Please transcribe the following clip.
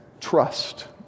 trust